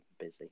busy